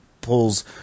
pulls